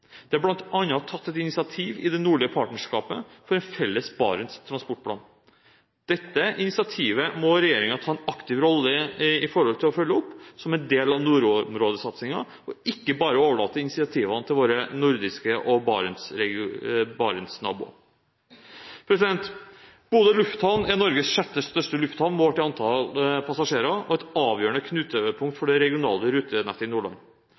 Det er bl.a. tatt et initiativ i det nordlige partnerskapet for en felles Barents transportplan. Regjeringen må ta en aktiv rolle med hensyn til å følge opp dette initiativet som en del av nordområdesatsingen, og ikke bare overlate initiativene til våre nordiske naboer og Barents-naboer. Bodø lufthavn er Norges sjette største lufthavn målt i antall passasjerer og et avgjørende knutepunkt for det regionale rutenettet i Nordland.